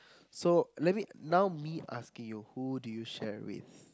so let me now me asking you who do you share with